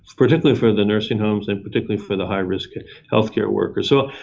particularly for the nursing homes and particularly for the high-risk healthcare worker. so,